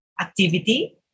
activity